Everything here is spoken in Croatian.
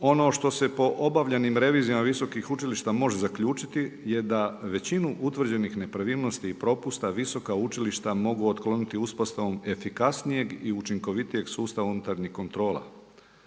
Ono što se po obavljenim revizijama visokih učilišta može zaključiti je da većinu utvrđenih nepravilnosti i propusta visoka učilišta mogu otkloniti uspostavom efikasnijeg i učinkovitijeg sustava unutarnjih kontrola.